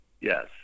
Yes